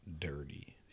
dirty